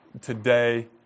today